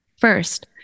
First